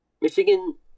Michigan –